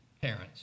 parents